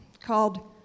called